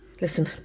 Listen